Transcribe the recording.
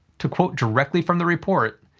to quote directly from the report,